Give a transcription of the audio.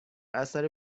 اثر